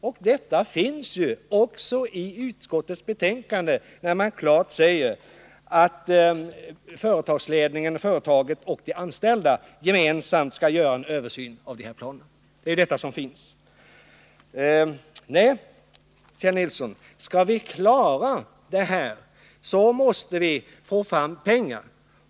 Och detta finns ju även utsagt i utskottsmajoritetens skrivning, där det klart säges att företaget och de anställda gemensamt skall göra en översyn av nedläggningsplanerna. Det är detta som finns skrivet. Nej, Kjell Nilsson, skall vi klara det här måste vi få fram pengar.